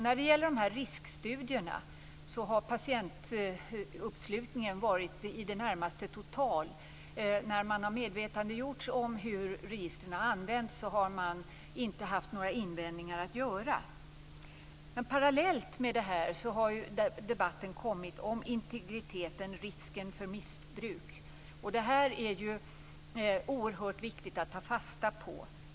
När det gäller riskstudierna har patientuppslutningen varit i det närmaste total. När man har medvetandegjorts om hur registren har använts har man inte haft några invändningar att göra. Parallellt med detta har debatten om integriteten och om risken för missbruk uppkommit. Det är oerhört viktigt att ta fasta på detta.